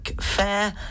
fair